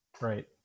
Right